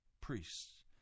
priests